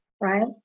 right